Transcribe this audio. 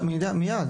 מיד.